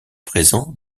présent